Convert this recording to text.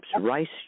rice